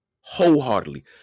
wholeheartedly